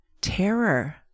terror